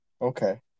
Okay